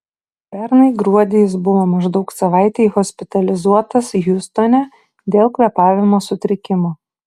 pernai gruodį jis buvo maždaug savaitei hospitalizuotas hjustone dėl kvėpavimo sutrikimų